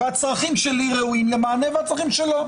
והצרכים שלי ראויים למענה והצרכים שלו.